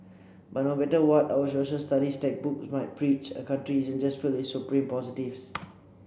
but no matter what our Social Studies textbooks might preach a country isn't just filled with supreme positives